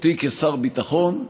אותי כשר ביטחון,